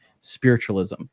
spiritualism